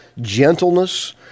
gentleness